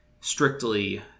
strictly